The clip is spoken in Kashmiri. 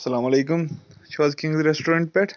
السلام علیکُم چھِو حظ کِنٛگ ریٚسٹورنٛٹ پؠٹھ